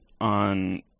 on